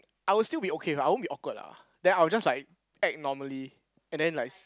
I'll still be okay I won't be awkward lah then I'll just like act normally and then like